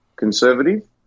Conservative